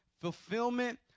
fulfillment